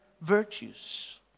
virtues